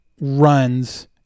runs